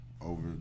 over